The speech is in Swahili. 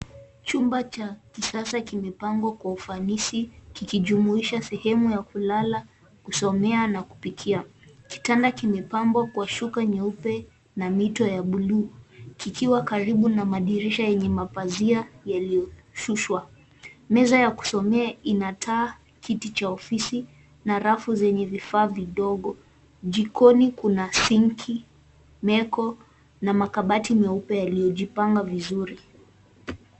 Chumba cha kisasa kimepangwa kwa ufanisi kujumuisha sehemu ya kulala, kusomea na kupikia. Kitanda kimepambwa kwa shuka nyeupe na mito ya bluu kikiwa karibu na madirisha yenye mapazia yaliyoshushwa. Meza ya kusomea ina taa, kiti cha ofisi na rafu zenye vifaa vidogo. Jikoni kuna sinki, meko na makabati meupe yaliyojipanga vizuri.